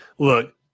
Look